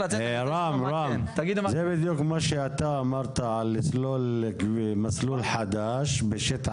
זה בדיוק מה שאמרת לסלול מסלול חדש בשטח